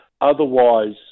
otherwise